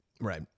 Right